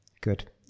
Good